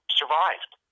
survived